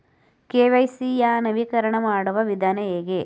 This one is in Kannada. ಕೆ.ವೈ.ಸಿ ಯ ನವೀಕರಣ ಮಾಡುವ ವಿಧಾನ ಹೇಗೆ?